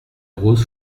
rose